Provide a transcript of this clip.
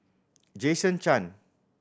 Jason Chan